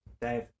Dave